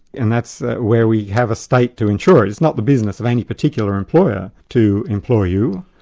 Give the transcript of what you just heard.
and that's where we have a state to ensure. it's not the business of any particular employer to employ you,